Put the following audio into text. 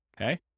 okay